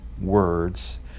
words